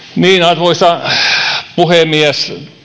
arvoisa puhemies tämän sanoin ihan